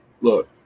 Look